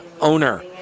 owner